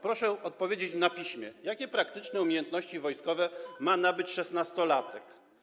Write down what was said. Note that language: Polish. Proszę odpowiedzieć na piśmie, jakie praktyczne umiejętności wojskowe ma nabyć szesnastolatek.